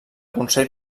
consell